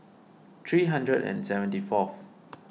three hundred and seventy fourth